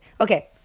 okay